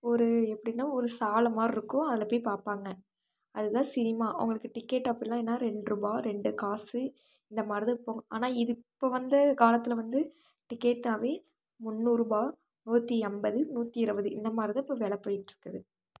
ஒரு எப்படின்னா ஒரு சாலம் மாதிரி இருக்கும் அதில் போய் பார்ப்பாங்க அது தான் சினிமா அவங்களுக்கு டிக்கெட் அப்பிடில்லாம் என்ன ரெண்டு ரூபாய் ரெண்டு காசு இந்த மாதிரி தான் இருக்கும் ஆனால் இதுக் இப்போ வந்த காலத்தில் வந்து டிக்கெட்னாவே முன்னூறுபாய் நூற்றி ஐம்பது நூற்றி இருவது இந்த மாதிரி தான் இப்போ வில போயிட்டிருக்குது